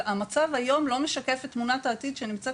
המצב היום לא משקף את תמונת העתיד שנמצאת